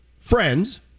friends